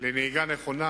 לנהיגה נכונה,